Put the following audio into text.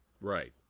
Right